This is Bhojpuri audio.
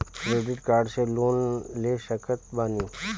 क्रेडिट कार्ड से लोन ले सकत बानी?